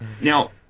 Now